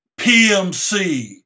PMC